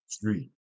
Three